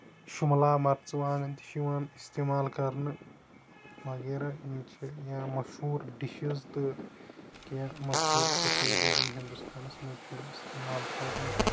شِملا مَرژٕوانگن تہِ چھِ یِوان اِستعمال کرنہٕ وغیرہ یا یِم چھِ مَشہوٗر ڈِشسز تہٕ کیٚنٛہہ مَشہوٗر سپایسِز یِم ہِندوستانَس منٛز چھِ یِوان اِستعمال کرنہٕ